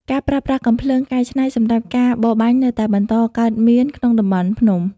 ការប្រើប្រាស់កាំភ្លើងកែច្នៃសម្រាប់ការបរបាញ់នៅតែបន្តកើតមានក្នុងតំបន់ភ្នំ។